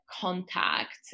contact